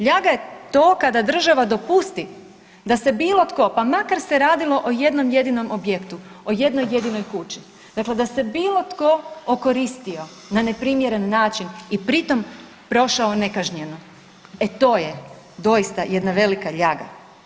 Ljaga je to kada država dopusti da se bilo tko pa makar se radilo o jednom jedinom objektu, o jednoj jedinoj kući dakle da se bilo tko okoristio na neprimjeren način i pritom prošao nekažnjeno e to je doista jedna velika ljaga.